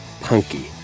punky